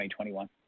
2021